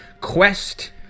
quest